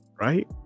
Right